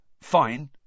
Fine